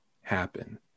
happen